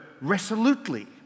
Resolutely